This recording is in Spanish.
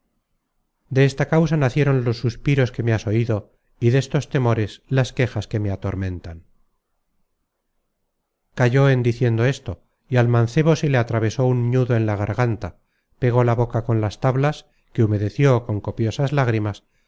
de esta causa nacieron los suspiros que me has oido y destos temores las quejas que me atormentan calló en diciendo esto y al mancebo se le atravesó un ñudo en la garganta pegó la boca con las tablas que humedeció con copiosas lágrimas